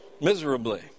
miserably